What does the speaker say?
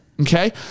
Okay